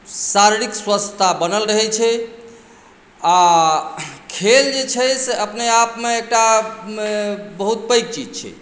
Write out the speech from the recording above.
शारीरिक स्वस्थ्यता बनल रहैत छै आ खेल जे छै से अपने आपमे एकटा बहुत पैघ चीज छै